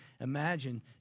imagine